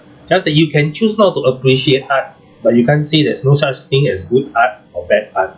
just that you can choose not to appreciate art but you can't say there's no such thing as good art or bad art